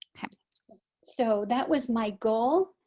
so that was my goal.